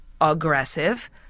aggressive –